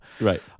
right